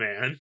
man